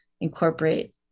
incorporate